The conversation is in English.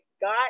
got